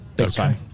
Okay